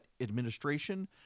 administration